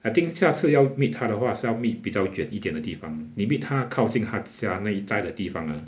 I think 下次要 meet 他的话是要 meet 比较近一点的地方你 meet 他靠近他家那一代的地方 ah